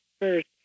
first